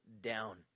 down